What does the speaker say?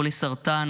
חולה סרטן,